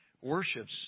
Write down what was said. worships